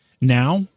now